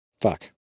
fuck